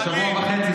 יא בריון.